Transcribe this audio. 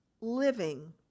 living